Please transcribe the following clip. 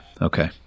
okay